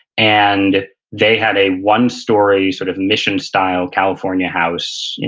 and they had a one-story sort of mission style, california house,